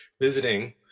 visiting